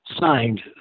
signed